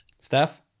Steph